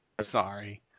Sorry